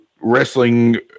wrestling